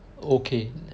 okay